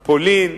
פולין.